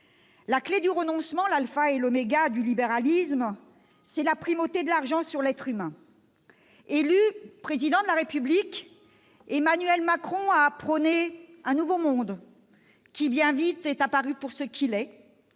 La clé du renoncement, l'alpha et l'oméga du libéralisme, c'est la primauté de l'argent sur l'être humain. Élu Président de la République, Emmanuel Macron a prôné un « nouveau monde », qui, bien vite, est apparu pour ce qu'il est